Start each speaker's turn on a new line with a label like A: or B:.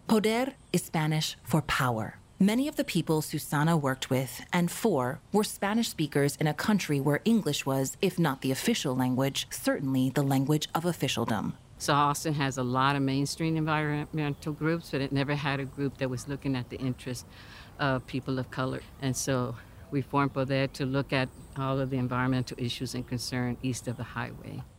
A: Poder is Spanish for power. Many of the people Susana worked with and for were Spanish speakers in a country where English was, if not the official language, certainly the language of officialdom.
B: So Austin has a lot of mainstream environmental groups, but it never had a group that was looking at the interest of people of color. And so we formed Poder to look at all of the environmental issues and concern east of the highway.